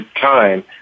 time